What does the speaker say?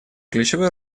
ключевой